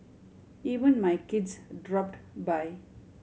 even my kids dropped by